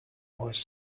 was